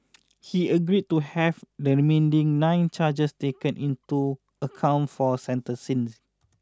he agreed to have the remaining nine charges taken into account for sentencing